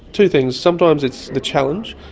two things. sometimes it's the challenge.